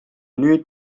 nüüd